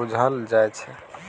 बुझल जाइ छै